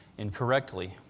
incorrectly